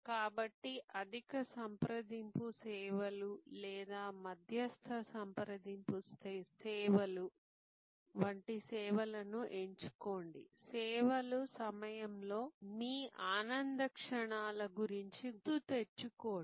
కాబట్టి అధిక సంప్రదింపు సేవలు లేదా మధ్యస్థ సంప్రదింపు సేవలు వంటి సేవలను ఎంచుకోండి సేవల సమయంలో మీ ఆనంద క్షణాల గురించి గుర్తుతెచ్చుకోండి